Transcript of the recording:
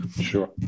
Sure